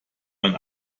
man